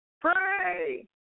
pray